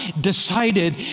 decided